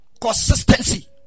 consistency